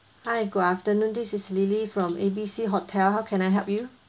hi good afternoon this is lily from A B C hotel how can I help you